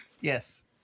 Yes